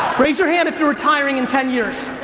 raise your hand if you're retiring in ten years.